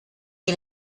que